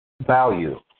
value